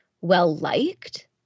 well-liked